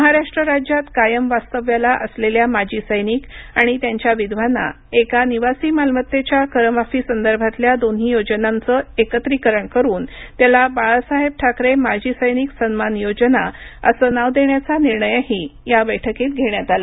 महाराष्ट्र राज्यात कायम वास्तव्याला असलेल्या माजी सैनिक आणि त्यांच्या विधवांना एका निवासी मालमत्तेच्या करमाफी संदर्भातल्या दोन्ही योजनांचं एकत्रिकरण करून त्याला बाळासाहेब ठाकरे माजी सैनिक सन्मान योजना असं नाव देण्याचा निर्णयही या बैठकीत घेण्यात आला